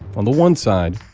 on the one side,